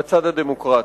בצד הדמוקרטי.